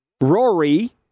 Rory